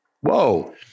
Whoa